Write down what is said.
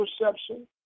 perception